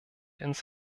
ins